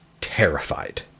terrified